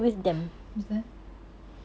betul